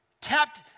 tapped